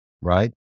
right